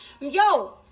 Yo